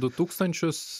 du tūkstančius